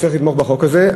שצריך לתמוך בחוק הזה,